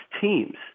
teams